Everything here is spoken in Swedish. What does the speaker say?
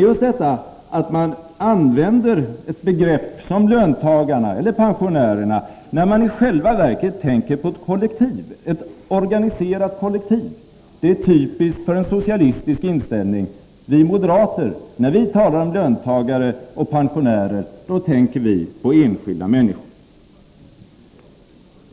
Just detta att man använder begrepp som löntagarna och pensionärerna, när man i själva verket tänker på organiserade kollektiv, är typiskt för en socialistisk inställning. När vi moderater talar om löntagare och pensionärer, tänker vi på enskilda människor.